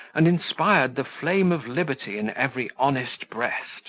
and inspired the flame of liberty in every honest breast